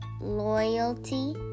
loyalty